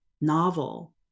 novel